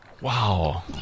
Wow